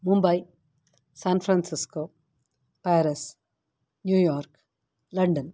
Mumbai San Francisco Paris New York London